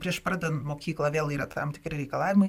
prieš pradedant mokyklą vėl yra tam tikri reikalavimai